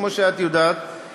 כמו שאת יודעת,